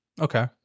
Okay